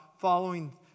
following